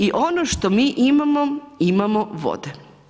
I ono što mi imamo, imamo vode.